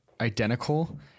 identical